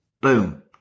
boom